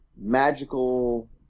magical